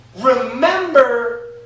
Remember